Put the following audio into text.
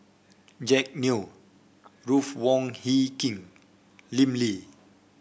Jack Neo Ruth Wong Hie King Lim Lee